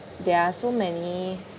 there are so many